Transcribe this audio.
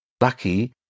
lucky